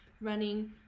running